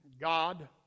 God